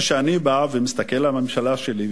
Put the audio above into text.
כשאני בא ומסתכל על הממשלה שלי,